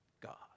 God